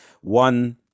one